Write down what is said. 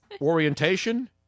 orientation